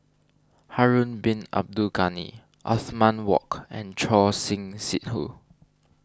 Harun Bin Abdul Ghani Othman Wok and Choor Singh Sidhu